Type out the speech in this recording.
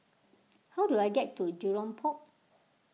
how do I get to Jurong Port